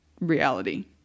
reality